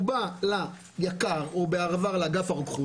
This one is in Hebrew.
הוא בא ליק"ר אליו הועבר נושא הקנאביס - או בעבר לאגף הרוקחות